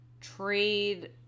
trade